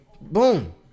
Boom